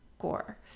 gore